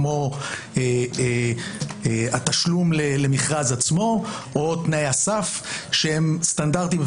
כמו התשלום למכרז עצמו או תנאי הסף שהם סטנדרטים.